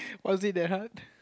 was it that hard